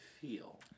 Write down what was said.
feel